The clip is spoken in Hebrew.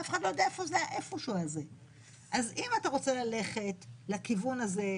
אז אם אתה רוצה ללכת לכיוון הזה,